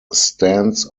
stands